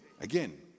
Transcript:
again